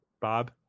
bob